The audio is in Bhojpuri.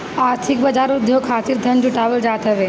आर्थिक बाजार उद्योग खातिर धन जुटावल जात हवे